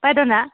बायद'ना